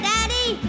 Daddy